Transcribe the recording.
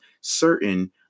certain